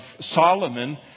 Solomon